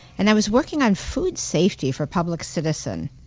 and i was working on food safety for public citizen.